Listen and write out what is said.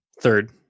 third